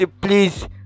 please